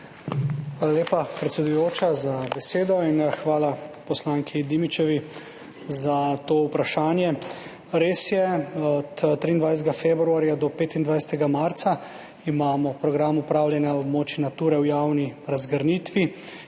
Hvala lepa, predsedujoča, za besedo in hvala poslanki Dimičevi za to vprašanje. Res je. Od 23. februarja do 25. marca imamo Program upravljanja območij Natura v javni razgrnitvi